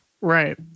Right